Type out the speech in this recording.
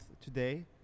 today